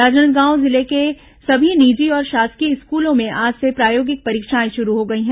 राजनांदगांव जिले के सभी निजी और शासकीय स्कूलों में आज से प्रायोगिक परीक्षाएं शुरू हो गई हैं